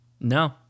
No